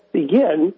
begin